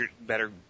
better